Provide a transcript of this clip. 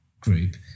group